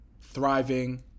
thriving